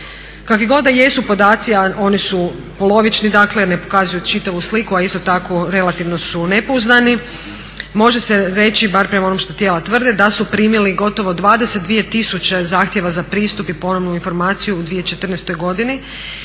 Kakvi god da jesu podaci, a oni su polovični ne pokazuju čitavu sliku, a isto tako relativno su nepouzdani, može se reći barem prema onome što tijela tvrde da su primili gotovo 22 tisuća zahtjeva za pristup i ponovnu informaciju u 2014.godini